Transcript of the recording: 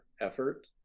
effort